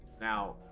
now